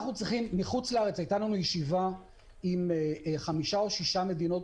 בשבוע שעבר הייתה לנו ישיבה עם חמש או שש מדינות.